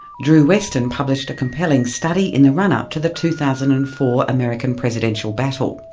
drew westen published a compelling study in the run-up to the two thousand and four american presidential battle.